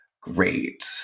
Great